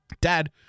dad